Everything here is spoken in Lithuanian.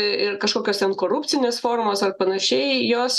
ir kažkokios ten korupcinės formos ar panašiai jos